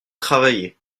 travailler